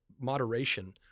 moderation